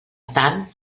tant